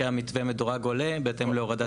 כי היה מתווה מדורג עולה בהתאם להורדת המכס.